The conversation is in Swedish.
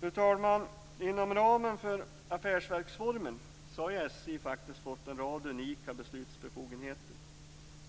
Fru talman! Inom ramen för affärsverksformen har SJ faktiskt fått en rad unika beslutsbefogenheter.